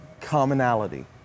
commonality